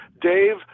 Dave